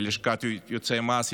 ללשכת יועצי המס,